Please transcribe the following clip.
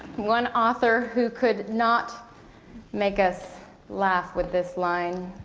one author who could not make us laugh with this line,